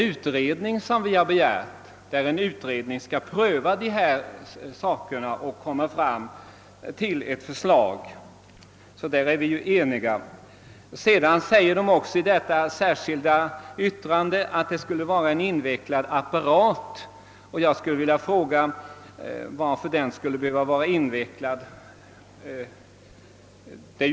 Vad vi har begärt är att en utredning skall pröva detta och sedan framlägga ett förslag, så på den punkten är vi ju ense. I det särskilda yttrandet sägs också att ett sådant statligt stöd som föreslås skulle fordra en invecklad apparat. Jag skulle vilja fråga varför den skulle behöva vara invecklad.